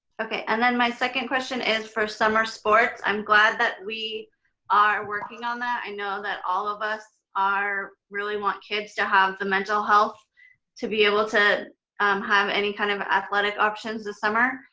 okay, and then my second question is for summer sports. i'm glad that we are working on that, i know that all of us really want kids to have the mental health to be able to um have any kind of athletic options this summer.